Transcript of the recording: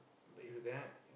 but if you kena